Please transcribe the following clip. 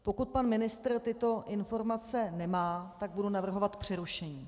Pokud pan ministr tyto informace nemá, tak budu navrhovat přerušení.